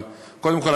אבל קודם כול,